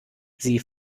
sie